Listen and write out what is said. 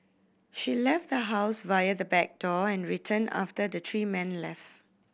she left the house via the back door and returned after the three men left